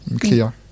clear